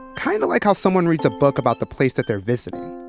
kind of like how someone reads a book about the place that they're visiting.